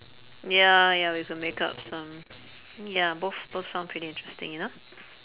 ya ya we have to make up some ya both both sound pretty interesting enough